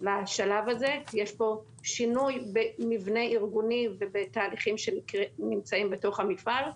לשלב הזה כי יש כאן שינוי במבנה ארגוני ובתהליכים שנמצאים בתוך המפעל.